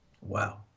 Wow